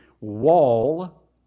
wall